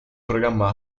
programma